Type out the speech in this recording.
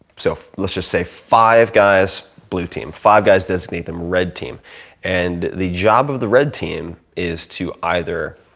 so let's just say, five guys blue team, five guys designate them red team and the job of the red team is to either,